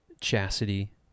chastity